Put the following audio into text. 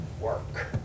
work